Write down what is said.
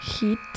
Heat